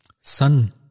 Sun